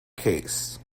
case